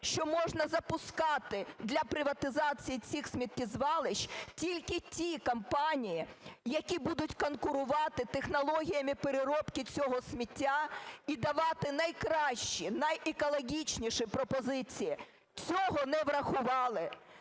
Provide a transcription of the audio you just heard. що можна запускати для приватизації цих сміттєзвалищ тільки ті компанії, які будуть конкурувати технологіями переробки цього сміття і давати найкращі, найекологічніші пропозиції. Цього не врахували.